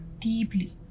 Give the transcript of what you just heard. deeply